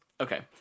okay